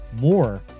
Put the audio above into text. more